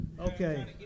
Okay